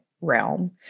realm